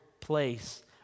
place